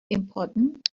important